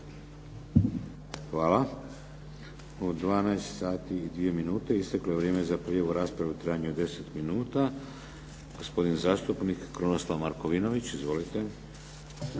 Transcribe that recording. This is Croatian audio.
sati i 2 minute isteklo je vrijeme za prijavu u raspravi u trajanju od 10 minuta. Gospodin zastupnika Krunoslav Markovinović. Izvolite.